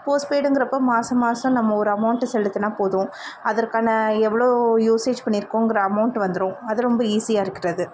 போஸ்ட்பெய்டுங்கறப்போ மாதம் மாதம் நம்ம ஒரு அமௌண்ட்டு செலுத்துனால் போதும் அதற்கான எவ்வளோ யூசேஜ் பண்ணிருக்கோங்கிற அமௌண்ட்டு வந்துடும் அது ரொம்ப ஈஸியாக இருக்கிறது